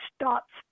stops